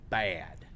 bad